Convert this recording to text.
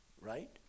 right